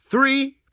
three